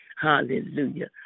Hallelujah